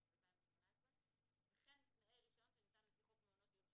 התשע"ט-2018 וכן מתנאי רישיון שניתן לפי חוק מעונות יום שיקומיים,